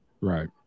Right